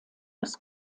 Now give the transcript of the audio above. des